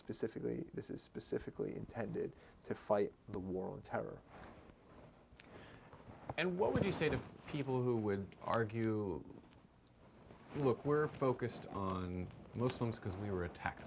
specifically this is specifically intended to fight the war on terror and what would you say to people who would argue look we're focused on muslims because we were attacked